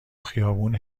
خیابون